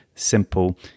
simple